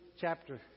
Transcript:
chapter